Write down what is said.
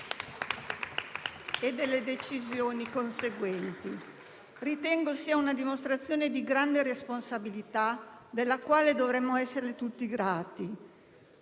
e sulle decisioni conseguenti. Ritengo sia una dimostrazione di grande responsabilità, della quale dovremmo essergli tutti grati.